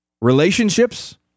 relationships